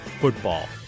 Football